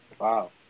Wow